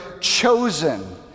chosen